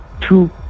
two